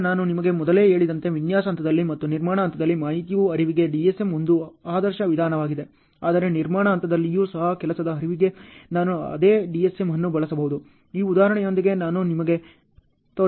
ಈಗ ನಾನು ನಿಮಗೆ ಮೊದಲೇ ಹೇಳಿದಂತೆ ವಿನ್ಯಾಸ ಹಂತದಲ್ಲಿ ಮತ್ತು ನಿರ್ಮಾಣ ಹಂತದಲ್ಲಿ ಮಾಹಿತಿಯ ಹರಿವಿಗೆ DSM ಒಂದು ಆದರ್ಶ ವಿಧಾನವಾಗಿದೆ ಆದರೆ ನಿರ್ಮಾಣ ಹಂತದಲ್ಲಿಯೂ ಸಹ ಕೆಲಸದ ಹರಿವಿಗೆ ನಾನು ಅದೇ DSM ಅನ್ನು ಬಳಸಬಹುದು ಈ ಉದಾಹರಣೆಯೊಂದಿಗೆ ನಾನು ನಿಮಗೆ ತೋರಿಸಿದೆ